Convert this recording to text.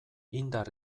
indar